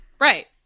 Right